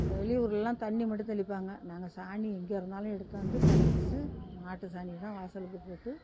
வெளியூர்லலாம் தண்ணி மட்டும் தெளிப்பாங்க நாங்கள் சாணி எங்கே இருந்தாலும் எடுத்தாந்து கரைத்து மாட்டுச்சாணி தான் வாசலுக்குப் போட்டு